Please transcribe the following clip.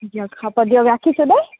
দিয়ক হ'ব দিয়ক ৰাখিছো দেই